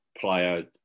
player